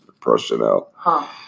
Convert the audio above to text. personnel